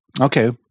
Okay